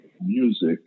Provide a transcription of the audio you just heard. music